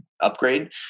upgrade